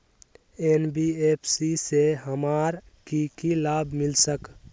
NBFC से हमार की की लाभ मिल सक?